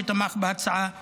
שתמך בהצעה הזאת,